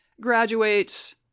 graduates